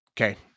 Okay